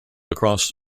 across